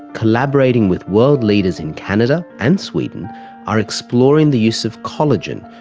collaborating with world leaders in canada and sweden are exploring the use of collagen,